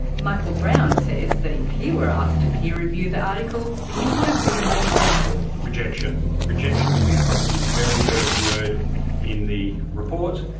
michael brown says that if he were asked to peer review the article, he would have been more critical. rejection. rejection would be probably the very first word in the report.